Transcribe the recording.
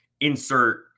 insert